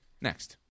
Next